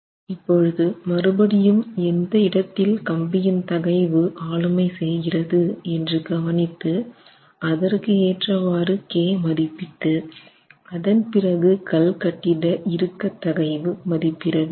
அதனால் மறுபடியும் எந்த இடத்தில் கம்பியின் தகைவு ஆளுமை செய்கிறது என்று கவனித்து அதற்கு ஏற்றவாறு k மதிப்பிட்டு அதன் பிறகு கல் கட்டிட இறுக்க தகைவு மதிப்பிட வேண்டும்